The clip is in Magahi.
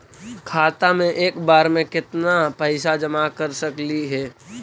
खाता मे एक बार मे केत्ना पैसा जमा कर सकली हे?